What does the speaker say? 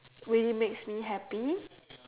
really makes me happy